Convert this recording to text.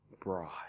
bride